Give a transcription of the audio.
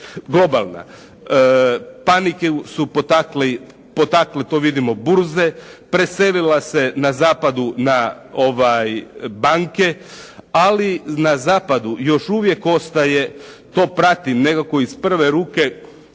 globalna. Panike su potakle vidimo burze, preselila se na zapadu na banke, ali na zapadu još uvijek ostaje, to prati nekako iz prve ruke